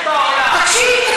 סיכוי בעולם.